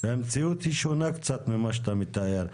והמציאות היא שונה קצת ממה שאתה מדבר.